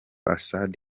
assad